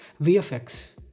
vfx